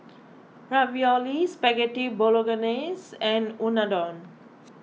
Ravioli Spaghetti Bolognese and Unadon